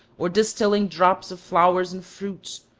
or distilling drops of flowers and fruits,